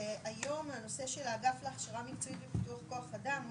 שהיום הנושא של האגף להכשרה מקצועית ופיתוח כוח אדם הוא